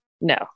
No